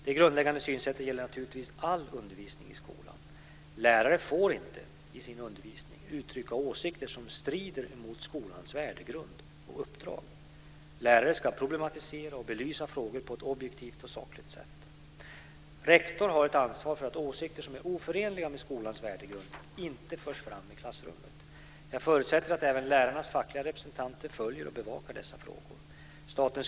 Detta skulle jag vilja att skolministern kommenterar. Det gäller de 110 000 barnen som inte finns med och den allmänna förskolan såsom den nu är utformad.